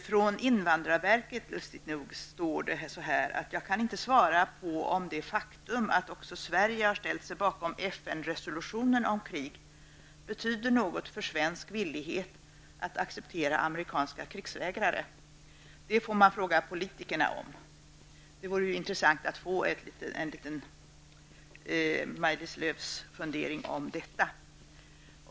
Från invandrarverket, lustigt nog, skriver man så här: ''Jag kan inte svara på om det faktum att också Sverige har ställt sig bakom FN-resolutionen om krig betyder något för svensk villighet att acceptera amerikanska krigsvägrare. Det får man fråga politikerna om.'' Det vore intressant att få del av Maj-Lis Lööws funderingar kring detta.